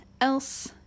else